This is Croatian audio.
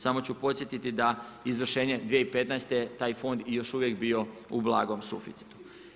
Samo ću podsjetiti da izvršenje 2015. taj fond je još uvijek bio u blagom suficitu.